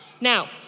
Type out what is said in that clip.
Now